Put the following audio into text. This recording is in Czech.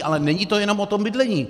Ale není to jenom o bydlení.